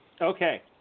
Okay